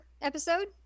episode